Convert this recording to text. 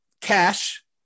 Cash